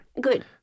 Good